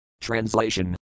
Translation